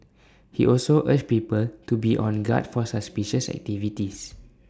he also urged people to be on guard for suspicious activities